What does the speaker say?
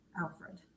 Alfred